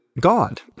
God